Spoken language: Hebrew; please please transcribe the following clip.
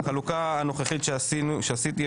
בחלוקה הנוכחית שעשיתי,